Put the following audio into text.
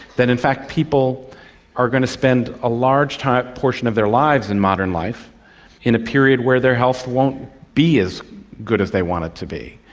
that in fact people are going to spend a large portion of their lives in modern life in a period where their health won't be as good as they want it to be,